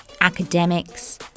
academics